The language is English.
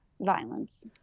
violence